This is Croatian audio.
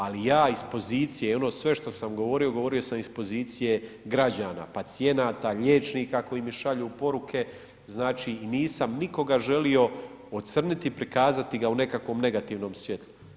Ali ja iz pozicije i ono sve što sam govorio, govorio sam iz pozicije građana, pacijenata, liječnika koji mi šalju poruke, znači i nisam nikoga želio ocrniti i prikazati ga u nekakvom negativnom svjetlu.